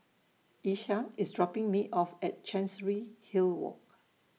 Isaak IS dropping Me off At Chancery Hill Walk